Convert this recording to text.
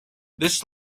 this